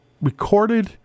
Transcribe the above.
recorded